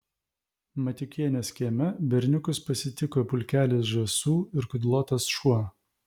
matiukienės kieme berniukus pasitiko pulkelis žąsų ir kudlotas šuo